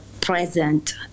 present